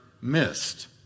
missed